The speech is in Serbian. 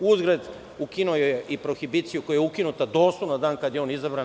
Uzgred, ukinuo je i prohibiciju, koja je ukinuta doslovno na dan kada je on izabran.